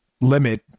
limit